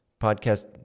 podcast